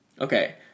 Okay